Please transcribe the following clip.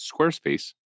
Squarespace